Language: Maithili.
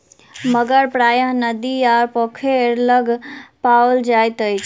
मगर प्रायः नदी आ पोखैर लग पाओल जाइत अछि